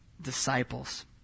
disciples